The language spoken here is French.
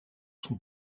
son